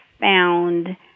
found